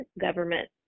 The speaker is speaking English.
government